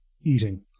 eating